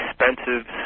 expensive